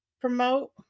promote